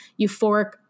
euphoric